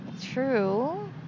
True